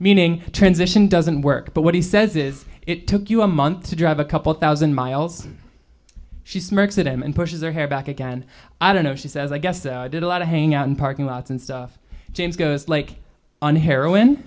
meaning transition doesn't work but what he says is it took you a month to drive a couple thousand miles she smirks at him and pushes her hair back again i don't know she says i guess i did a lot of hanging out in parking lots and stuff james goes like on heroin